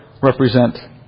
represent